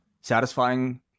satisfying